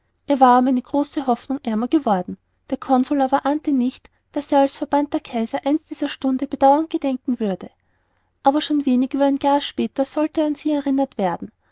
er war um eine große hoffnung ärmer geworden der consul aber ahnte nicht daß er als verbannter kaiser einst dieser stunde bedauernd gedenken würde aber schon wenig über ein jahr später sollte er an sie erinnert werden